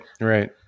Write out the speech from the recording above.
right